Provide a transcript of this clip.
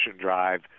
drive